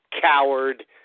coward